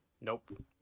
Nope